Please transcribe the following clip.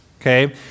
okay